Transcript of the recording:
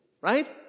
right